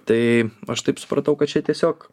tai aš taip supratau kad čia tiesiog